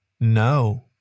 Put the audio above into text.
No